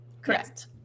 Correct